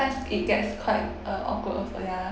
it gets quite uh awkward also ya